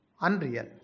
unreal